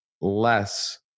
less